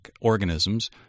organisms